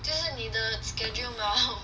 就是你的 schedule mah